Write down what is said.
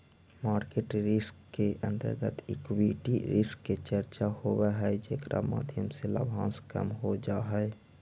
market risk के अंतर्गत equity risk के चर्चा होवऽ हई जेकरा माध्यम से लाभांश कम हो जा हई